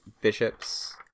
bishops